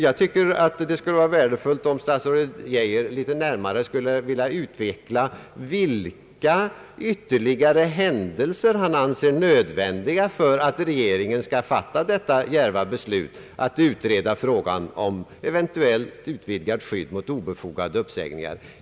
Jag tycker att det vore värdefullt om statsrådet Geijer litet närmare skulle vilja utveckla vilka ytterligare händelser han anser nödvändiga för att regeringen skall fatta detta djärva beslut att utreda frågan om eventuellt utvidgat skydd mot obefogade uppsägningar.